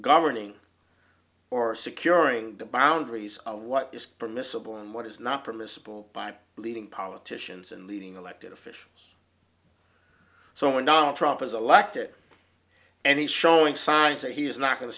governing or securing the boundaries of what is permissible and what is not permissible by leading politicians and leading elected officials so when donald trump is a locked it and he's showing signs that he is not going to